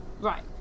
Right